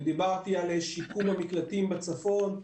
ודיברתי על שיקום המקלטים בצפון,